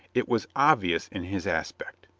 it was obvious in his aspect.